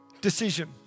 decision